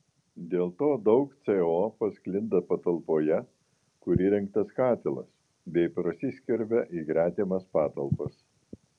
dėl to daug co pasklinda patalpoje kur įrengtas katilas bei prasiskverbia į gretimas patalpas